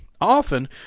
Often